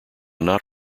not